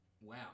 wow